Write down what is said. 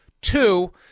Two